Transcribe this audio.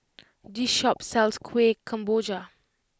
this shop sells Kueh Kemboja